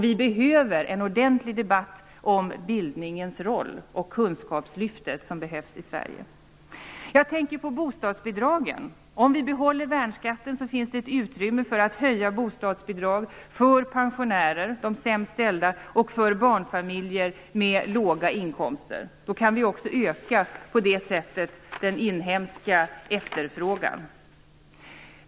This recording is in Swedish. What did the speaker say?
Vi behöver en ordentlig debatt om bildningens roll och det kunskapslyft som behövs i Sverige. Jag tänker på bostadsbidragen. Om vi behåller värnskatten finns det ett utrymme för att höja dem för de sämst ställda pensionärerna och för barnfamiljer med låga inkomster. På det sättet kan också den inhemska efterfrågan ökas.